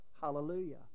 Hallelujah